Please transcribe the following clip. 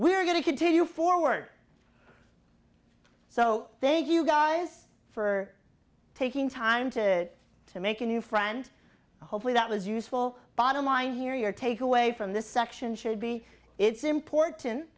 going to continue forward so thank you guys for taking time to to make a new friend hopefully that was useful bottom line here your takeaway from this section should be it's important